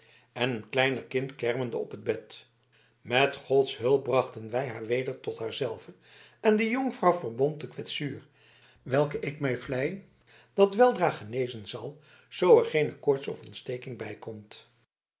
en een kleiner kind kermende op het bed met gods hulp brachten wij haar weder tot haar zelve en de jonkvrouw verbond de kwetsuur welke ik mij vlei dat weldra genezen zal zoo er geene koorts of ontsteking bij